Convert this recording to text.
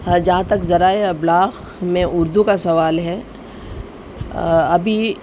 جہاں تک ذرائع ابلاغ میں اردو کا سوال ہے ابھی